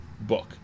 book